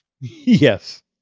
Yes